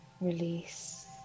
release